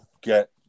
get